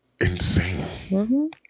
insane